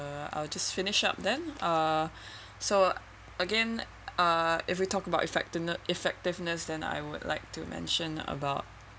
uh I'll just finish up then uh so again uh if we talk about effectiveness effectiveness then I would like to mention about